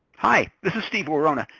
hi, this is steve worona,